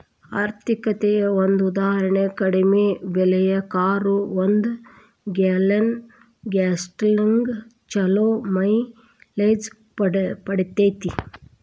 ಆರ್ಥಿಕತೆಯ ಒಂದ ಉದಾಹರಣಿ ಕಡಿಮೆ ಬೆಲೆಯ ಕಾರು ಒಂದು ಗ್ಯಾಲನ್ ಗ್ಯಾಸ್ನ್ಯಾಗ್ ಛಲೋ ಮೈಲೇಜ್ ಪಡಿತೇತಿ